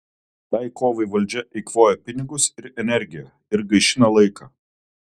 tai kovai valdžia eikvoja pinigus ir energiją ir gaišina laiką